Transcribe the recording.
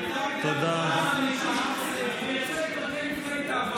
מפלגת העבודה מפלגה ציונית.